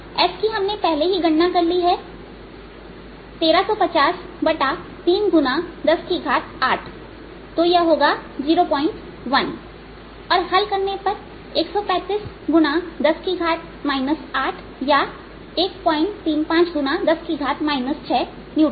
S की हमने पहले ही गणना कर ली है 13503 108है तो यह होगा 01 और यह हल करने पर 135 x 10 8 या 135 x 10 6 न्यूटन